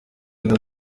inda